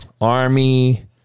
Army